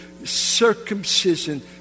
Circumcision